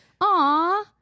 Aw